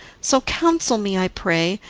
so counsel me, i pray,